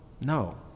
No